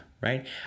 right